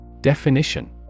Definition